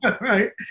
right